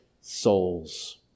souls